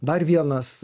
dar vienas